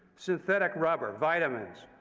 synthetic rubber, vitamins,